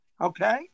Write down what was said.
okay